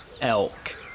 elk